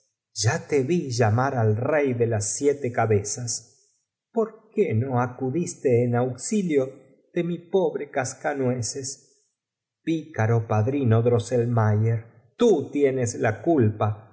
ya te vi llamar al rey de las siete cabezas poi qué no acudiste en auxilio de mi pobro casca nueces pícaro padri no drosselmayer t ú tienes la culpa por